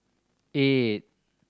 eight